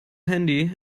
handy